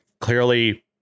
clearly